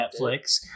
Netflix